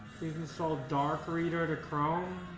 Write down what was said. please install dark reader to chrome